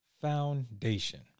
foundation